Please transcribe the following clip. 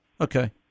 Okay